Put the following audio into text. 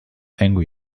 angry